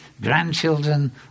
grandchildren